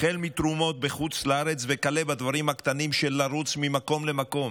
החל מתרומות מחוץ לארץ וכלה בדברים הקטנים של לרוץ ממקום למקום